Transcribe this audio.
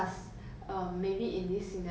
no consequences whatsoever